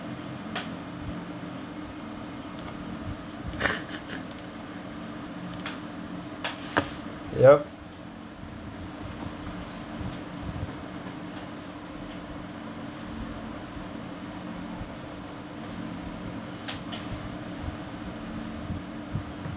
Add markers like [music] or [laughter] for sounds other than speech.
[laughs] yup